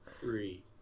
Three